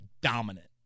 dominant